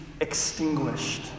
extinguished